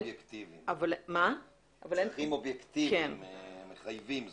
צרכים אובייקטיביים מחייבים זאת.